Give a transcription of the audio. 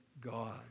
God